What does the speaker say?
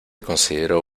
consideró